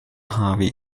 harvey